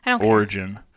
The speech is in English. origin